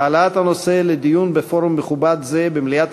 העלאת הנושא לדיון בפורום מכובד זה במליאת